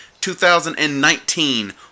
2019